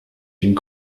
une